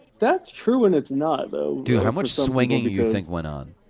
that's true, and it's not though. dude, how much swinging you think went on?